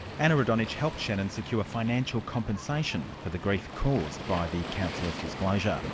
anna rodonic helped shannon secure financial compensation for the grief caused by the counsellor's disclosure